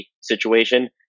situation